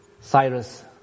Cyrus